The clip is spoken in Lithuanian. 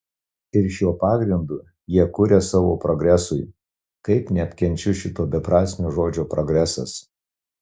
ir šiuo pagrindu jie kuria savo progresui kaip neapkenčiu šito beprasmio žodžio progresas